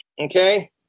okay